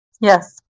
yes